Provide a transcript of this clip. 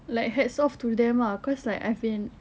like hats off to them lah